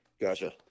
Gotcha